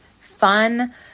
fun